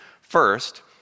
First